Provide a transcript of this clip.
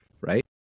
right